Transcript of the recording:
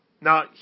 Now